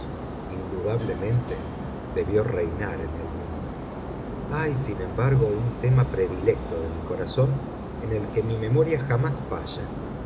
indudablemente debió reinar en el mío hay sin embargo un tema predilecto de mi corazón en el que mi memoria jamás falla